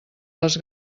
les